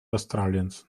australiens